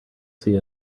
see